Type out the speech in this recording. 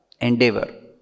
endeavor